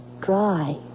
dry